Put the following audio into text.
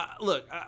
look